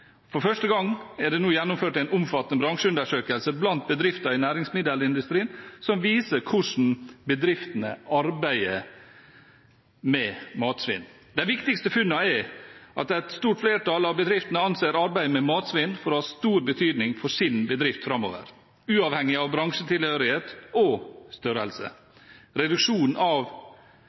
For første gang er det nå gjennomført en omfattende bransjeundersøkelse blant bedrifter i næringsmiddelindustrien som viser hvordan bedriftene arbeider med matsvinn. De viktigste funnene er at et stort flertall av bedriftene anser arbeid med matsvinn for å ha stor betydning for sin bedrift framover, uavhengig av bransjetilhørighet og størrelse. Reduksjonen av